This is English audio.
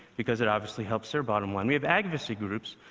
because that obviously helps their bottom line. we have advocacy groups,